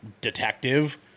detective